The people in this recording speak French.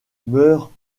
mœurs